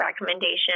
recommendation